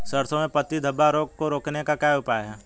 सरसों में पत्ती धब्बा रोग को रोकने का क्या उपाय है?